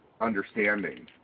understanding